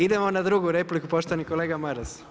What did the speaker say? Idemo na drugu repliku, poštovani kolega Maras.